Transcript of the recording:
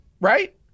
right